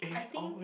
I think